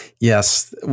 Yes